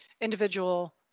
individual